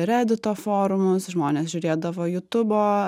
redito forumus žmonės žiūrėdavo jutubo